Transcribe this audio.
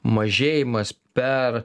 mažėjimas per